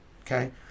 Okay